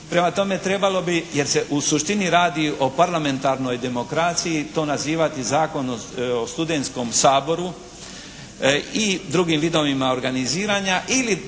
Prema tome, trebalo bi jer se u suštini radi o parlamentarnoj demokraciji to nazivati Zakon o studentskom saboru i drugim vidovima organiziranja ili